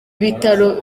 bitaro